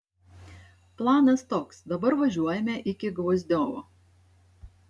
planas toks dabar važiuojame iki gvozdiovo